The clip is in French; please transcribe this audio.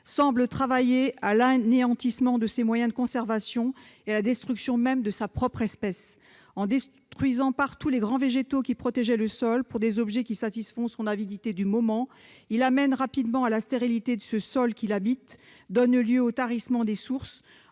semble travailler à l'anéantissement de ses moyens de conservation et à la destruction même de sa propre espèce. « En détruisant partout les grands végétaux qui protégeaient le sol, pour des objets qui satisfont son avidité du moment, il amène rapidement à la stérilité ce sol qu'il habite, donne lieu au tarissement des sources,